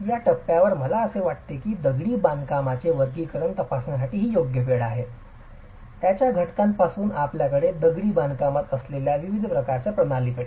या टप्प्यावर मला असे वाटते की दगडी बांधकामाचे वर्गीकरण तपासण्यासाठी हीच योग्य वेळ आहे त्याच्या घटकांपासून आपल्याकडे दगडी बांधकामात असलेल्या विविध प्रकारच्या प्रणालींकडे